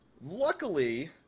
luckily